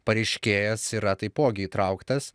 pareiškėjas yra taipogi įtrauktas